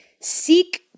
Seek